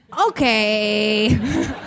Okay